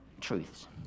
truths